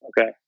Okay